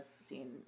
seen